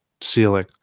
ceiling